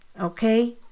okay